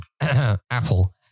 Apple